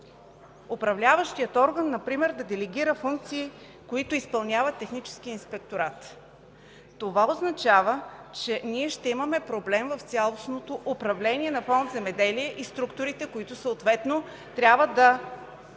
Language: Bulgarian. управляващият орган например да делегира функции, които изпълнява Техническият инспекторат. Това означава, че ние ще имаме проблем в цялостното управление на Фонд „Земеделие” и структурите, които съответно трябва да